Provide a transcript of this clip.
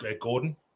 Gordon